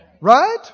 right